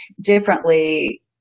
differently